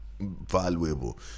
valuable